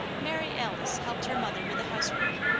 mary alice helped her mother with the housework.